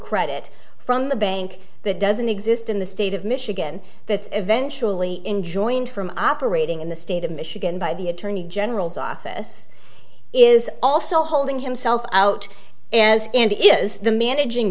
credit from the bank that doesn't exist in the state of michigan that eventually enjoined from operating in the state of michigan by the attorney general's office is also holding himself out as and is the managing